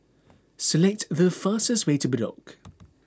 select the fastest way to Bedok